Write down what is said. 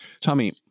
Tommy